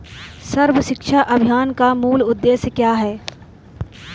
सर्व शिक्षा अभियान का मूल उद्देश्य क्या है?